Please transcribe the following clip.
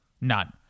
None